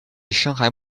深海